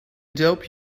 dope